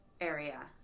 Area